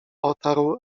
otarł